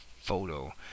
photo